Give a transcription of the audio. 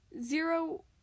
Zero